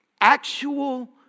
Actual